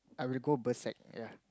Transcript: I will go berserk ya